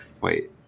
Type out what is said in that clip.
Wait